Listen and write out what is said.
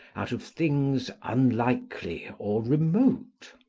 out of things unlikely or remote.